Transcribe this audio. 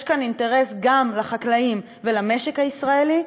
יש כאן אינטרס גם לחקלאים ולמשק הישראלי,